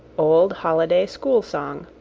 old holiday school song.